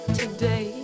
today